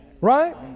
Right